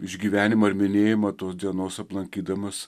išgyvenimą ir minėjimą tos dienos aplankydamas